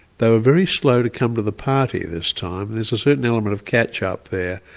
they were very slow to come to the party this time, there's a certain element of catch-up there.